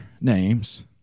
names